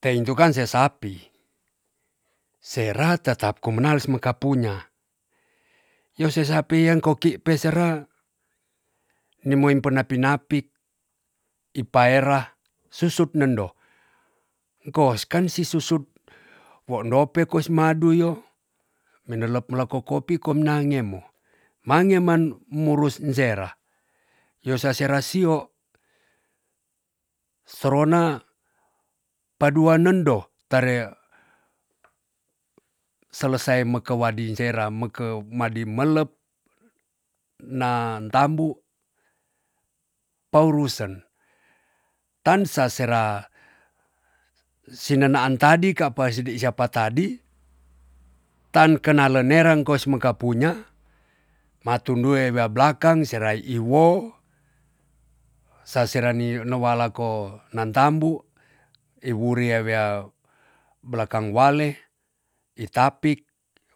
Teintukan se sapi. sera tetap kumenal meka punya. yose sapi an koki pe sera nimoin perna pinapik ipaera susut nendo. kos kan si susut wo endope kos maduyo minelep lako kopi kon nangemo. mangeman ngurus sera, yosa sera sio sorona paduan nendo tare selesai mekewading sera meke madi melep naan tambu, paurusen. tan sa sera sine naan tadi ka pa sidi siapa tadi, tan kenal lenera kos meka punya matundue wea blakang sera iow, sasera ni walako nan tambu iwurea blakang wale, itapik,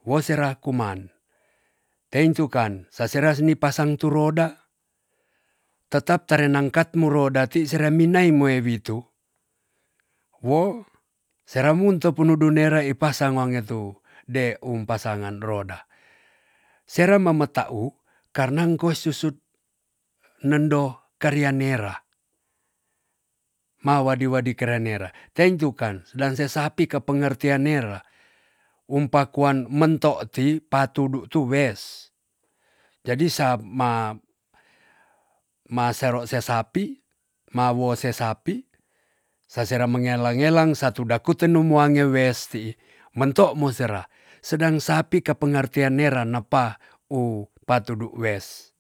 wo sera kuman. teintukan sasera ni pasang tu roda tetap tarenangkat mu roda ti sera minai mo witu. wo sera munto punudu nera ei pasang wange tu de um pasangan roda. sera mame ta u karena enkos susut nendo karia nera. mawadi wadi kerai nera. teintukan sedang se sapi ke pengertian nera um pakuan mentok ti patudu tu wes. jadi sa ma- ma sero se sapi, ma wo se sapi sa sera mangela ngelang satu dakutenum mange wes ti mentok mo sera sedang sapi ka pengertian nera napa u patudu wes.